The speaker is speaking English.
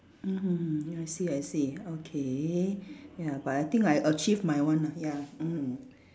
mmhmm hmm I see I see okay ya but I think I achieve my one ah ya mm